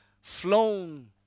flown